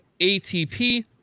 ATP